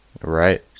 Right